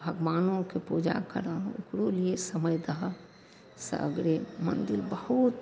भगवानोके पूजा करऽ खूब ई समय दहऽ तब ओ मन्दिर बहुत